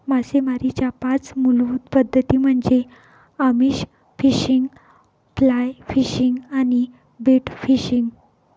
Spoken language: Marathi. मासेमारीच्या पाच मूलभूत पद्धती म्हणजे आमिष फिशिंग, फ्लाय फिशिंग आणि बेट फिशिंग